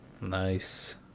Nice